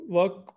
work